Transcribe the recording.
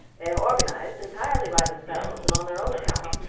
they have organized, entirely by themselves and on their own account,